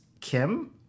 Kim